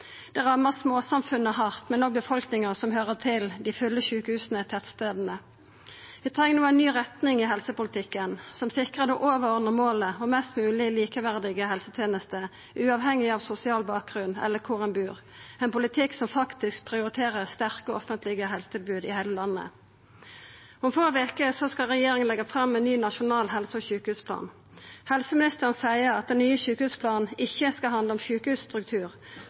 Det rammar småsamfunna hardt, men òg befolkninga som høyrer til dei fulle sjukehusa i tettstadane. Vi treng no ei ny retning i helsepolitikken som sikrar det overordna målet om mest mogleg likeverdige helsetenester, uavhengig av sosial bakgrunn eller kvar ein bur – ein politikk som faktisk prioriterer sterke offentlege helsetilbod i heile landet. Om få veker skal regjeringa leggja fram ein ny nasjonal helse- og sjukehusplan. Helseministeren seier at den nye sjukehusplanen ikkje skal handla om sjukehusstruktur,